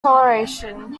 coloration